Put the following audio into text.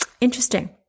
interesting